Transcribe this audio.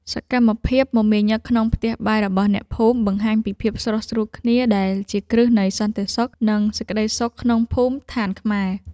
សកម្មភាពមមាញឹកក្នុងផ្ទះបាយរបស់អ្នកភូមិបង្ហាញពីភាពស្រុះស្រួលគ្នាដែលជាគ្រឹះនៃសន្តិសុខ និងសេចក្តីសុខក្នុងភូមិឋានខ្មែរ។